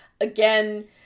again